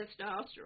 testosterone